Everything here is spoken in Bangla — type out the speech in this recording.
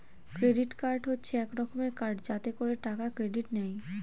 ক্রেডিট কার্ড হচ্ছে এক রকমের কার্ড যাতে করে টাকা ক্রেডিট নেয়